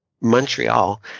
Montreal